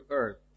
earth